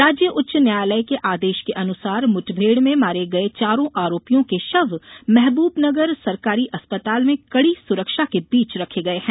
राज्य उच्च न्यायालय के आदेश के अनुसार मुठभेड़ में मारे गये चारों आरोपियों के शव महबूबनगर सरकारी अस्पताल में कड़ी सुरक्षा के बीच रखे गये हैं